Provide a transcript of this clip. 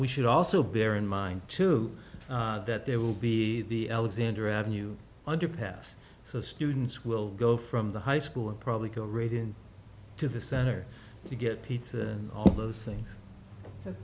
we should also bear in mind too that there will be the alexander avenue underpass so students will go from the high school and probably go raid in to the center to get pizza all those things that